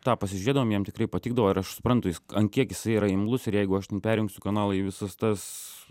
tą pasižiūrėdavom jam tikrai patikdavo ir aš suprantu jis ant kiek jisai yra imlus ir jeigu aš ten perjungsiu kanalą į visas tas